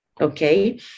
Okay